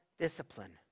discipline